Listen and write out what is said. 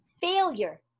failure